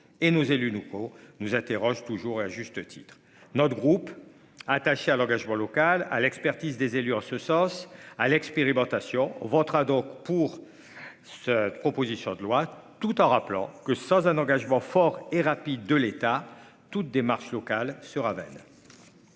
et nos élus locaux nous interroge toujours et à juste titre, notre groupe attaché à l'engagement local à l'expertise des élus en ce sens à l'expérimentation votera donc pour cette proposition de loi, tout en rappelant que sans un engagement fort et rapide de l'État. Toute démarche locale sera vaine.